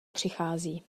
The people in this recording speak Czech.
přichází